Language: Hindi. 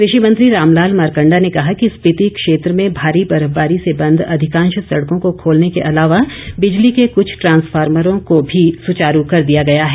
कृषि मंत्री रामलाल मारकंडा ने कहा कि स्पीति क्षेत्र में भारी बर्फबारी से बंद अधिकांश सडको को खोलने के अलावा बिजली के कुछ ट्रांसफार्मरो को भी सुचारू कर दिया गया है